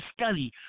study